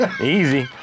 easy